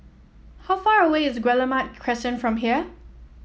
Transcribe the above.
how far away is Guillemard Crescent from here